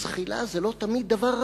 אז זחילה זה לא תמיד דבר רע.